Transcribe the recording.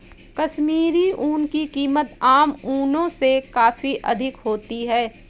कश्मीरी ऊन की कीमत आम ऊनों से काफी अधिक होती है